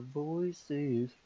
voices